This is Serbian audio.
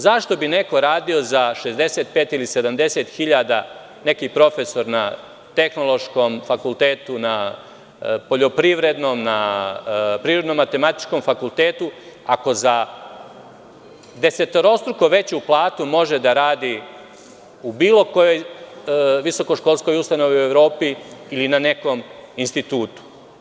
Zašto bi neko radio za 65 ili 70.000, neki profesor na tehnološkom, poljoprivrednom, prirodno-matematičkom fakultetu, ako za desetorostruko veću platu može da radi u bilo kojoj visokoškolskoj ustanovi u Evropi ili na nekom institutu?